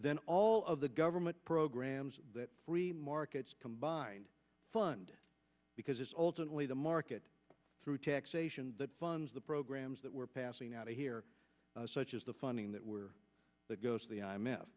then all of the government programs that free markets combined fund because it's ultimately the market through taxation that funds the programs that we're passing out of here such as the funding that we're that goes to the i